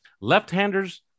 Left-handers